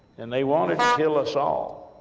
and they wanted to kill us all,